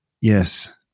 Yes